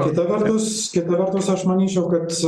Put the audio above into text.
kita vertus kita vertus aš manyčiau kad